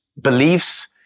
beliefs